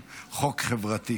נעבור לנושא הבא על